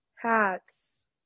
hats